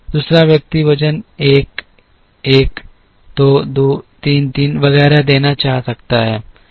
दूसरा व्यक्ति वज़न 1 1 2 2 3 3 वगैरह देना चाह सकता है